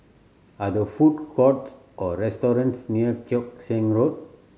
are there food courts or restaurants near Keong Saik Road